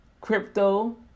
Crypto